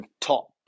top